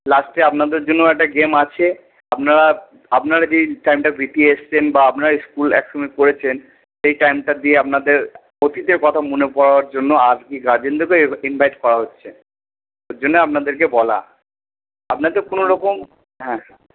লাস্টে আপনাদের জন্যও একটা গেম আছে আপনারা আপনারা যেই টাইমটা এসছেন বা আপনারা স্কুল সঙ্গে করেছেন সেই টাইমটা দিয়ে আপনাদের অতীতের কথা মনে পড়াবার জন্য আর কি গার্জেনদেরও ইনভাইট করা হচ্ছে ওই জন্য আপনাদেরকে বলা আপনাদের কোনোরকম হ্যাঁ